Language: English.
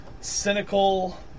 cynical